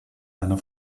einer